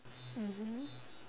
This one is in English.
mmhmm